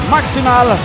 Maximal